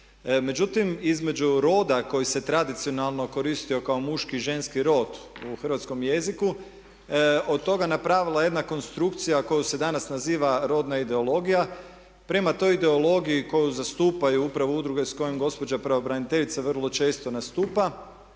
Međutim između roda koji se tradicionalno koristio kao muški i ženski rod u hrvatskom jeziku od toga napravila jedna konstrukcija koju se danas naziva rodna ideologija. Prema toj ideologiji koju zastupaju upravo udruge s kojima gospođa pravobraniteljica vrlo često nastupa